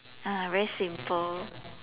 ah very simple